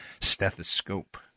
stethoscope